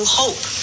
hope